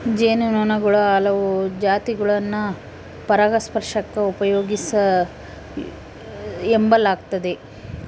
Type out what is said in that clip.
ಜೇನು ನೊಣುಗುಳ ಹಲವು ಜಾತಿಗುಳ್ನ ಪರಾಗಸ್ಪರ್ಷಕ್ಕ ಉಪಯೋಗಿಸೆಂಬಲಾಗ್ತತೆ